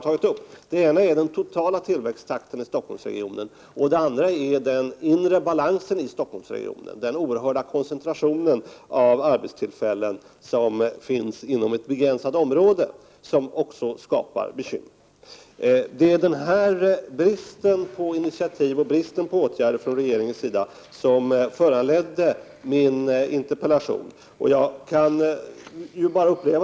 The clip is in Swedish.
Det ena gäller den totala tillväxttakten i Stockholmsregionen. Det andra gäller den inre balansen i Stockholmsregionen, dvs. den oerhörda koncentrationen av arbetstillfällen som finns inom ett begränsat område, vilket skapar bekymmer. Det är denna brist på initiativ och brist på åtgärder från regeringens sida som har föranlett min interpellation.